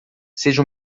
seja